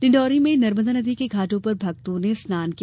डिण्डौरी में नर्मदा नदी के घाटों पर भक्तो ने स्नान किया